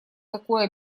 такое